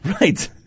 Right